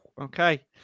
Okay